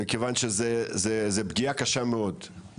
מכיוון שזה פגיעה קשה מאוד.